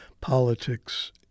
politics